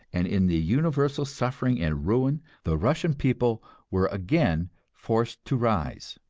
and in the universal suffering and ruin the russian people were again forced to rise.